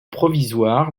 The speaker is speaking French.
provisoire